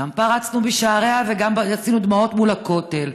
גם פרצנו בשעריה וגם היו דמעות מול הכותל.